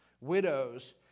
Widows